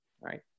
right